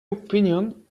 opinion